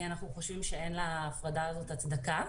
אנחנו חושבים שלהפרדה הזאת אין הצדקה.